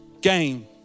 game